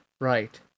Right